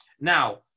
Now